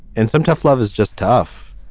and some tough love is just tough.